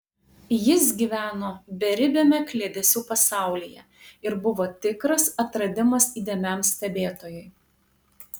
jis gyveno beribiame kliedesių pasaulyje ir buvo tikras atradimas įdėmiam stebėtojui